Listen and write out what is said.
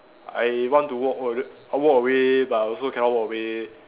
I want to walk awa~ walk away but also cannot walk away